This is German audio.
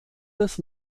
des